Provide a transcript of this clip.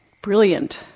brilliant